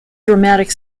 dramatic